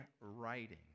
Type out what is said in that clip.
writing